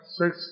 six